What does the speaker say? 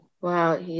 wow